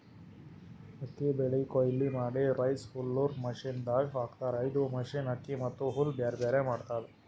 ಅಕ್ಕಿ ಬೆಳಿ ಕೊಯ್ಲಿ ಮಾಡಿ ರೈಸ್ ಹುಲ್ಲರ್ ಮಷಿನದಾಗ್ ಹಾಕ್ತಾರ್ ಇದು ಮಷಿನ್ ಅಕ್ಕಿ ಮತ್ತ್ ಹುಲ್ಲ್ ಬ್ಯಾರ್ಬ್ಯಾರೆ ಮಾಡ್ತದ್